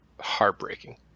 heartbreaking